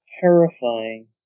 terrifying